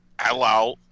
hello